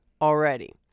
already